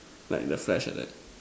like the flash like that